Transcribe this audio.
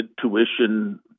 tuition